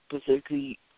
specifically